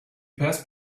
passed